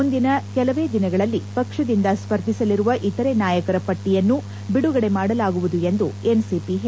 ಮುಂದಿನ ಕೆಲವೇ ದಿನಗಳಲ್ಲಿ ಪಕ್ಷದಿಂದ ಸ್ವರ್ಧಿಸಲಿರುವ ಇತರೆ ನಾಯಕರ ಪಟ್ಟಿಯನ್ನು ಬಿಡುಗಡೆ ಮಾಡಲಾಗುವುದು ಎಂದು ಎನ್ಸಿಪಿ ಹೇಳಿದೆ